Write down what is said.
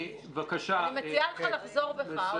אני מציעה לך לחזור בך, האוזר.